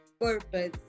purpose